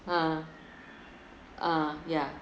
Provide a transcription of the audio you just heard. ah ah ya